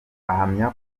ahamya